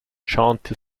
jaunty